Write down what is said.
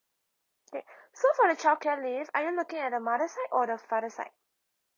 okay so for the childcare leave are you looking at the mother's side or the father's side